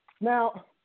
Now